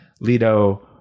Lido